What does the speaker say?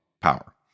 power